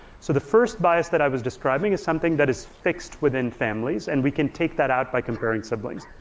so the first bias that i was describing is something that is fixed within families and we can take that out by comparing siblings.